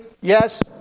Yes